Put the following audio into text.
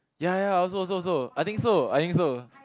ya ya also also also I think so I think so